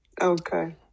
okay